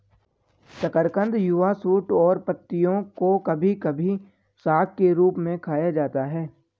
शकरकंद युवा शूट और पत्तियों को कभी कभी साग के रूप में खाया जाता है